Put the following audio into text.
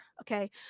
Okay